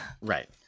Right